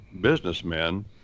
businessmen